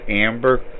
Amber